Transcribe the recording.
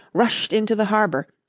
rushed into the harbour,